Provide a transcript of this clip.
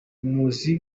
muzi